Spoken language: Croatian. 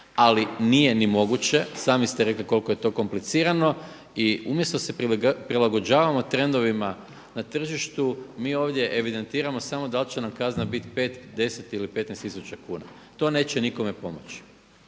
ali nije ni moguće. Sami ste rekli koliko je to komplicirano. I umjesto da se prilagođavamo trendovima na tržištu mi ovdje evidentiramo samo da li će nam kazna biti 5, 10 ili 15 tisuća kuna. To neće nikome pomoći.